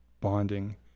bonding